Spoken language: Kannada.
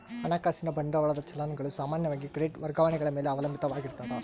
ಹಣಕಾಸಿನ ಬಂಡವಾಳದ ಚಲನ್ ಗಳು ಸಾಮಾನ್ಯವಾಗಿ ಕ್ರೆಡಿಟ್ ವರ್ಗಾವಣೆಗಳ ಮೇಲೆ ಅವಲಂಬಿತ ಆಗಿರ್ತಾವ